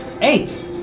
Eight